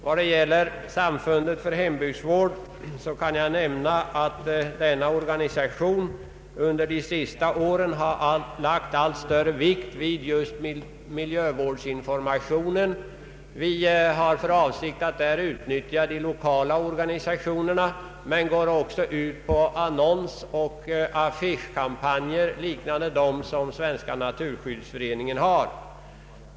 Vad gäller Samfundet för hembygdsvård kan jag nämna att denna organisation under de senaste åren har lagt allt större vikt vid miljövårdsinformationen. Vi har för avsikt att utnyttja de lokala organisationerna men går också ut med annonsoch affischkampanjer liknande dem som Svenska naturskyddsföreningen har.